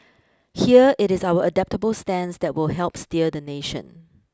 here it is our adaptable stance that will help steer the nation